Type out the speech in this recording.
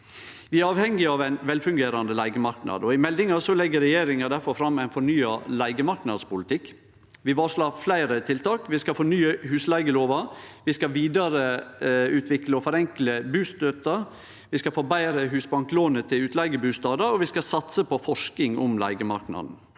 Vi er avhengig av ein velfungerande leigemarknad. I meldinga legg regjeringa difor fram ein fornya leigemarknadspolitikk. Vi varslar fleire tiltak. Vi skal fornye husleigelova, vi skal vidareutvikle og forenkle bustøtta, vi skal forbetre husbanklånet til utleigebustader, og vi skal satse på forsking om leigemarknaden.